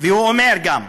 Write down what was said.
והוא אומר גם: